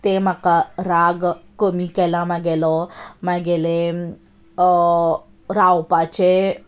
तें म्हाका राग कमी केलां म्हगेलो म्हगेलें रावपाचें